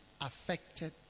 affected